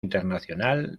internacional